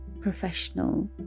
professional